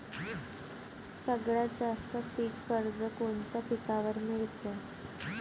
सगळ्यात जास्त पीक कर्ज कोनच्या पिकावर मिळते?